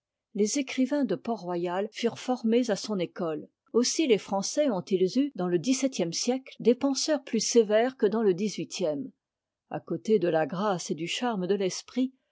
les écrivains de port-royal furent formés à son école aussi les français ont its eu dans le dix-septième siècle des penseurs plus sévères que dans le dix-huitième a côté de la grâce et du charme de l'esprit